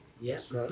Yes